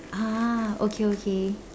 ah okay okay